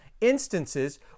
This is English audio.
instances